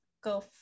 go